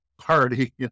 party